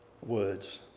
Words